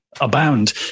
abound